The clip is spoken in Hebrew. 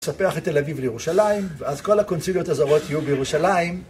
לספח את תל אביב לירושלים, ואז כל הקונסוליות הזרות יהיו בירושלים